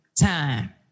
time